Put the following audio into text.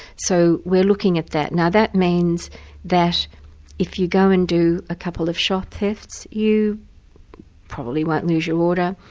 so we're looking at that. now that means that if you go and do a couple of shop thefts, you probably won't lose your order,